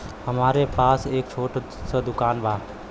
हमरे पास एक छोट स दुकान बा